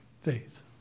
Faith